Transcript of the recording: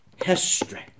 history